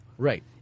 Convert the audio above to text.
Right